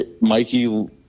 Mikey